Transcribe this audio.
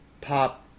pop